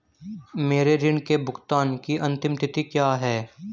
मेरे ऋण के भुगतान की अंतिम तिथि क्या है?